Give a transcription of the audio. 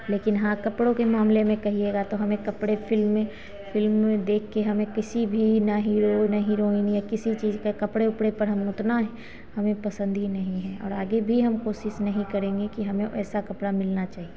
लेकिन हाँ कपड़ों के मामले में कहिएगा तो हमें कपड़े फिल्म में फिल्म में देख कर हमें किसी भी न हीरो न हीरोइन या किसी भी चीज़ कपड़े उपड़े पर उतना हमें पसंद ही नहीं है और आगे भी हम कोशिश नहीं करेंगे हमें वैसा कपड़ा मिलना चाहिए